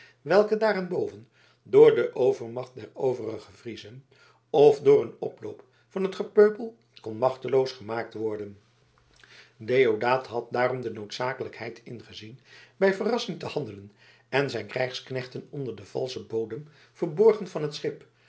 welke daarenboven door de overmacht der overige friezen of door een oploop van het gepeupel kon machteloos gemaakt worden deodaat had daarom de noodzakelijkheid ingezien bij verrassing te handelen en zijn krijgsknechten onder den valschen bodem verborgen van een schip